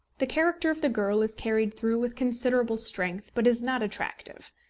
the character of the girl is carried through with considerable strength, but is not attractive.